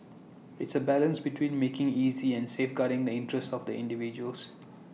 it's A balance between making easy and safeguarding the interests of the individuals